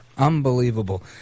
Unbelievable